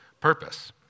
purpose